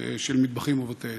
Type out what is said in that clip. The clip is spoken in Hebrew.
של מטבחים ובתי-עסק.